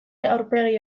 aurpegi